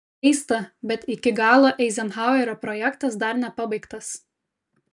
keista bet iki galo eizenhauerio projektas dar nepabaigtas